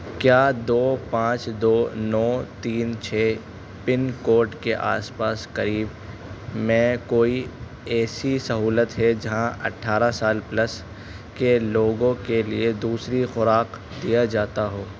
کیا دو پانچ دو نو تین چھ پن کوڈ کے آس پاس قریب میں کوئی ایسی سہولت ہے جہاں اٹھارہ سال پلس کے لوگوں کے لیے دوسری خوراک دیا جاتا ہو